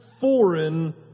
foreign